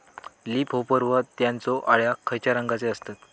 Leaf hopper व त्यानचो अळ्या खैचे रंगाचे असतत?